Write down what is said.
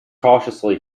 cautiously